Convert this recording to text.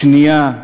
שנייה,